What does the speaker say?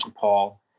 Paul